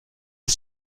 est